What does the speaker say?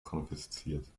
konfisziert